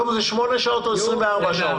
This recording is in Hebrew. יום זה 8 שעות או 24 שעות?